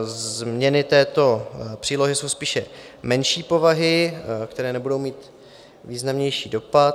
Změny této přílohy jsou spíše menší povahy, které nebudou mít významnější dopad.